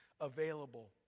available